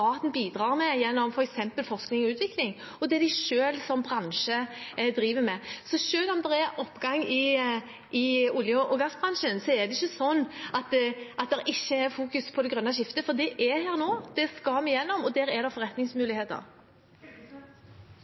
bidrar med, f.eks. gjennom forskning og utvikling, og det bransjen selv driver med. Så selv om det er oppgang i olje- og gassbransjen, er det ikke slik at man ikke fokuserer på det grønne skiftet, for det er her nå. Det skal vi gjennom, og her er